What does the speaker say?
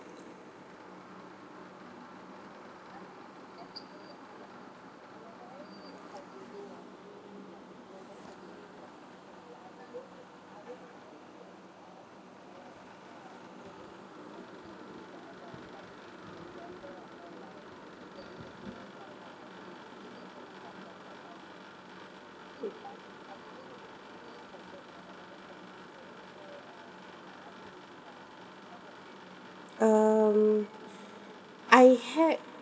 um I had